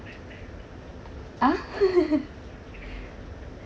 ah